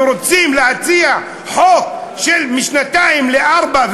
ורוצים להציע חוק להעלות משנתיים לארבע,